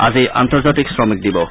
আজি আন্তৰ্জাতিক শ্ৰমিক দিৱস